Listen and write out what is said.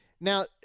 Now